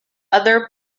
other